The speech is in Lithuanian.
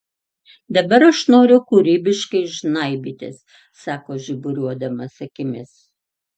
dabar aš noriu kūrybiškai žnaibytis sako žiburiuodamas akimis